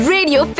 Radio